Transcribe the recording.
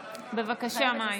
בבקשה, מאי.